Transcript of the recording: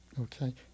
Okay